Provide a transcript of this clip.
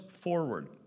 forward